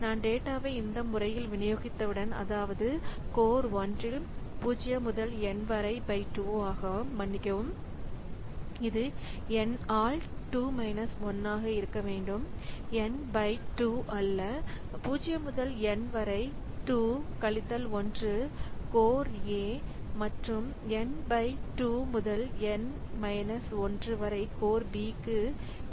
நான் டேட்டாவை இந்த முறையில் விநியோகித்தவுடன் அதாவது கோர் 1 இல் 0 முதல் n வரை பை 2ஆக மன்னிக்கவும் இது N ஆல் 2 1 ஆக இருக்க வேண்டும் N பை 2 அல்ல 0 முதல் N வரை 2 1 கோர் A மற்றும் N பை 2 முதல் N 1 வரை கோர் B க்கு இருக்கும்